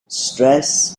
stress